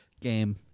Game